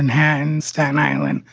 manhattan. staten island.